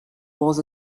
was